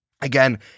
Again